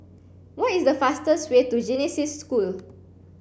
what is the fastest way to Genesis School